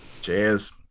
Cheers